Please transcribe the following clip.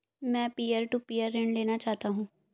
मैं peer to peer ऋण लेना चाहता हूँ